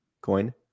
coin